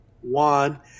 one